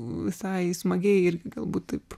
visai smagiai irgi galbūt taip